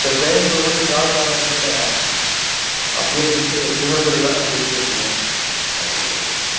சில ட்ரெயினுங்கள் வந்து க்ராஸ் ஆனாலும் கூட அப்படியே நிறுத்தி சிக்னல் கிடைக்கலேன்னா நிறுத்தி வச்சிருவாங்க அதான் பிரச்சனையே